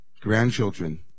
grandchildren